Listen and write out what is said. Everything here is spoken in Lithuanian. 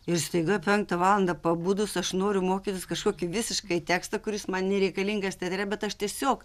ir staiga penktą valandą pabudus aš noriu mokytis kažkokį visiškai tekstą kuris man nereikalingas teatre bet aš tiesiog